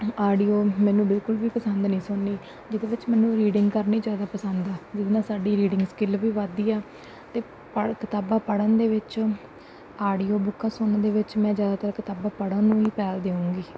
audio ਮੈਨੂੰ ਬਿਲਕੁਲ ਵੀ ਪਸੰਦ ਨਹੀਂ ਸੁਣਨੀ ਜਿਹਦੇ ਵਿੱਚ ਮੈਨੂੰ ਰੀਡਿੰਗ ਕਰਨੀ ਜ਼ਿਆਦਾ ਪਸੰਦ ਆ ਜਿਹਦੇ ਨਾਲ ਸਾਡੀ ਰੀਡਿੰਗ ਸਕਿੱਲ ਵੀ ਵਧਦੀ ਆ ਅਤੇ ਪੜ੍ਹ ਕਿਤਾਬਾਂ ਪੜ੍ਹਨ ਦੇ ਵਿੱਚ ਆਡੀਓ ਬੁੱਕਾਂ ਸੁਣਨ ਦੇ ਵਿੱਚ ਮੈਂ ਜ਼ਿਆਦਾਤਰ ਕਿਤਾਬਾਂ ਪੜ੍ਹਨ ਨੂੰ ਹੀ ਪਹਿਲ ਦੇਵਾਂਗੀ